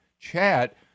chat